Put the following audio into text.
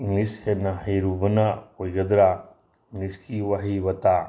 English ꯍꯦꯟꯅ ꯍꯩꯔꯨꯕꯅ ꯑꯣꯏꯒꯗ꯭ꯔꯥ ꯏꯪꯂꯤꯁꯀꯤ ꯋꯥꯍꯩ ꯋꯇꯥ